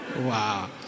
Wow